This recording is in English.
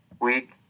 week